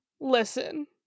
listen